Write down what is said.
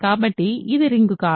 కాబట్టి ఇది రింగ్ కాదు